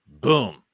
Boom